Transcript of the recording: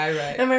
right